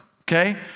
Okay